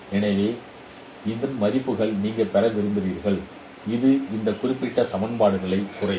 எனவே ஆவின் அந்த மதிப்புகளை நீங்கள் பெற விரும்புகிறீர்கள் இது இந்த குறிப்பிட்ட சமன்பாடுகளை குறைக்கும்